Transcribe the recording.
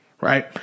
Right